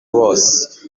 bose